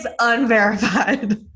Unverified